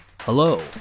Hello